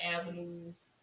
avenues